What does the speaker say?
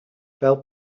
fel